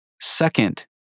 Second